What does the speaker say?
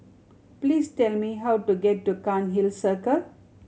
please tell me how to get to Cairnhill Circle